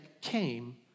came